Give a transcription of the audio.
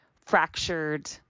fractured